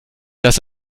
dass